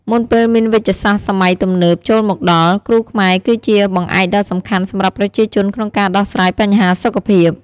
មុនពេលមានវេជ្ជសាស្ត្រសម័យទំនើបចូលមកដល់ គ្រូខ្មែរគឺជាបង្អែកដ៏សំខាន់សម្រាប់ប្រជាជនក្នុងការដោះស្រាយបញ្ហាសុខភាព។